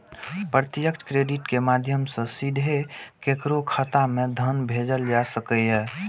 प्रत्यक्ष क्रेडिट के माध्यम सं सीधे केकरो खाता मे धन भेजल जा सकैए